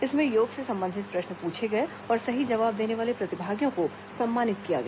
इसमें योग से संबंधित प्रश्न पूछे गए और सही जवाब देने वाले प्रतिभागियों को सम्मानित किया गया